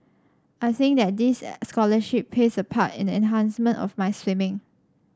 and I think that this scholarship plays a part in the enhancement of my swimming